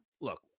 look